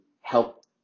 help